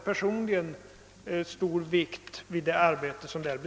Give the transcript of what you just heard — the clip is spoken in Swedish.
Personligen fäster jag stor vikt vid detta arbete.